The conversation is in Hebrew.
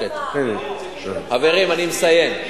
חברים, אני מסיים.